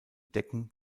decken